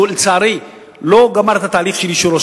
שלצערי לא גמר את תהליך אישורו,